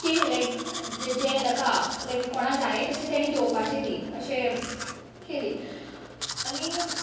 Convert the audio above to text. केली लायक ज् जें लका लायक कोणा जायें तशें तेणें घेवपाची ती अशें केली आनी